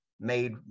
made